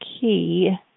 key